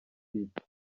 pitt